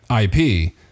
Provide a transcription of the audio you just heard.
IP